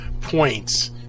points